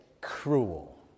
cruel